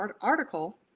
article